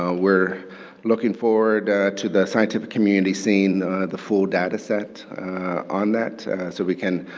ah we're looking forward to the scientific community seeing the full data set on that so we can